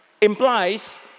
implies